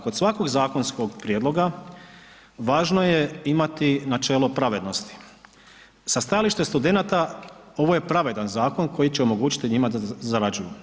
Kod svakog zakonskog prijedloga važno je imati načelo pravednosti, sa stajališta studenata ovo je pravedan zakon koji će omogućiti njima da zarađuju.